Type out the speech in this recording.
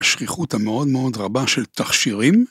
‫השכיחות המאוד מאוד רבה של תכשירים.